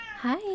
Hi